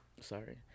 Sorry